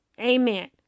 Amen